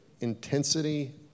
intensity